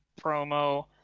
promo